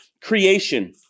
creation